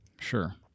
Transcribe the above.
Sure